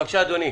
בבקשה, אדוני.